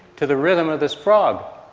to the rhythm of this frog.